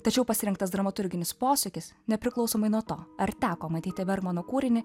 tačiau pasirinktas dramaturginis posūkis nepriklausomai nuo to ar teko matyti bermano kūrinį